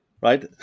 right